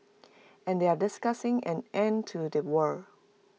and they are discussing an end to the war